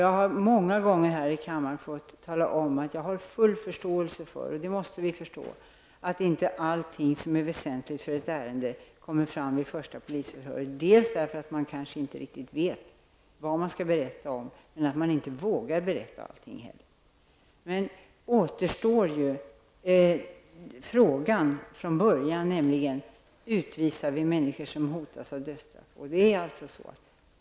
Jag har många gånger här i kammaren talat om att jag har full förståelse, och detta måste vi inse, att inte allting som är väsentligt i ett ärende kommer fram vid det första polisförhöret. Det beror dels på att man kanske inte riktigt vet vad man skall berätta, dels på att man inte vågar berätta allting. Den ursprungliga frågan kvarstår: Utvisar vi människor som hotas av dödsstraff?